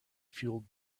fueled